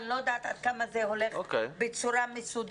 אני לא יודעת עד כמה זה הולך בצורה מסודרת.